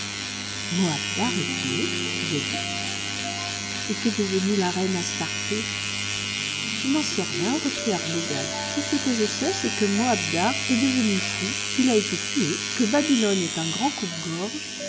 babylone moabdar est tué dit zadig et qu'est devenue la reine astarté je n'en sais rien reprit arbogad tout ce que je sais c'est que moabdar est devenu fou qu'il a été tué que babylone est un grand coupe-gorge